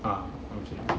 ah okay